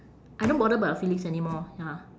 I don't bother about your feelings anymore ya